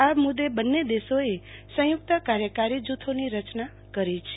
આ મુ દે બંન્ને દેશોએ સંયુ ક્ત કાર્યકારી જુથોની રચના કરી છે